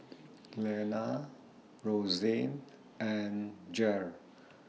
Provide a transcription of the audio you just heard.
Glenna Rosanne and Jere